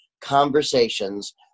conversations